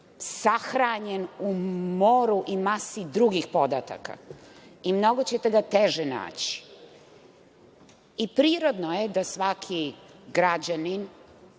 sahranjen u moru i masi drugih podataka i mnogo ćete ga teže naći. Prirodno je da svaki građanin